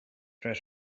roedd